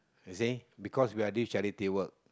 you see because we are doing charity work